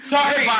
Sorry